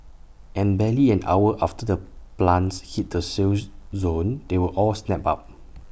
and barely an hour after the plants hit the sale zone they were all snapped up